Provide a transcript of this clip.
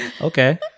Okay